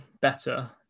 better